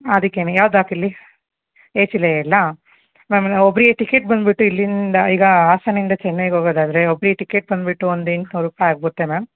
ಅದಕ್ಕೇನೆ ಯಾವ್ದು ಹಾಕಿರಲಿ ಎ ಸಿಲೇ ಇರಲಾ ಮ್ಯಾಮ್ ಒಬ್ಬರಿಗೆ ಟಿಕೆಟ್ ಬಂದುಬಿಟ್ಟು ಇಲ್ಲಿಂದ ಈಗ ಹಾಸನಿಂದ ಚೆನೈಗೆ ಹೋಗೋದಾದರೆ ಒಬ್ರಿಗೆ ಟಿಕೆಟ್ ಬಂದುಬಿಟ್ಟು ಒಂದು ಎಂಟು ನೂರು ರೂಪಾಯಿ ಆಗುತ್ತೆ ಮ್ಯಾಮ್